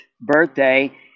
birthday